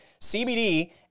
CBD